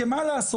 כי מה לעשות?